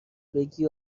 بگی